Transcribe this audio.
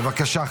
בבקשה.